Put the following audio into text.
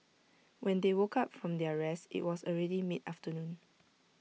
when they woke up from their rest IT was already mid afternoon